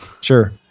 Sure